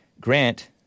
Grant